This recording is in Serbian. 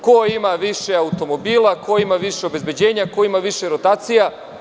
Ko ima više automobila, ko ima više obezbeđenja, ko ima više rotacija.